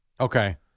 Okay